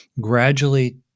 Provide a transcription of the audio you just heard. gradually